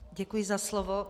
Děkuji za slovo.